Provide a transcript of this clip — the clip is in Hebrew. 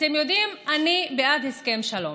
אתם יודעים, אני בעד הסכם שלום,